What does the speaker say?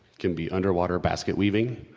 can be underwater basket-weaving.